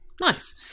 Nice